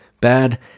bad